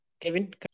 Kevin